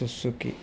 Suzuki